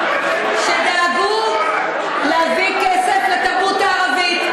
שדאגו להביא כסף לתרבות הערבית.